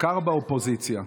קר באופוזיציה.